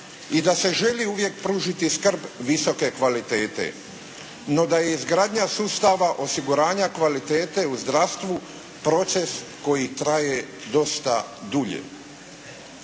i da se želi uvijek pružiti skrb visoke kvalitete. No da je izgradnja sustava osiguranja kvalitete u zdravstvu proces koji traje dosta dulje.